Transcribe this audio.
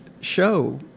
show